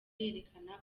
yerekana